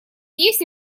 есть